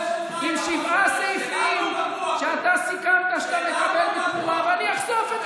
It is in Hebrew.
אתה זוכר?